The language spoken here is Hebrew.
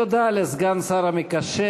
תודה לסגן השר המקשר,